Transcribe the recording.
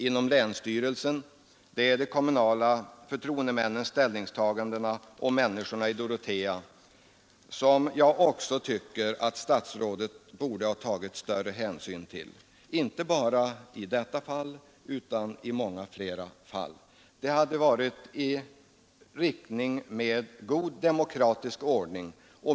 Det är den lokala opinionen och de kommunala förtroendemännens ställningstagande som jag tycker statsrådet borde tagit större hänsyn till. Det hade varit i överensstämmelse med god demokratisk ordning.